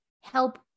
help